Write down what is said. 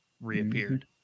reappeared